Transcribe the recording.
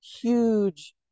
huge